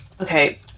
okay